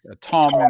Tom